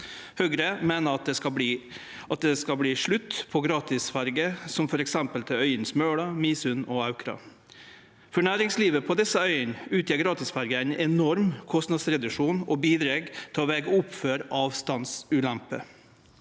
Høgre meiner at det at det skal bli slutt på gratis ferje som f.eks. til øyene Smøla, Midsund og Aukra. For næringslivet på desse øyene utgjer gratis ferje ein enorm kostnadsreduksjon og bidreg til å vege opp for avstandsulemper.